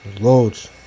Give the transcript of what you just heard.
loads